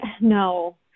No